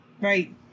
right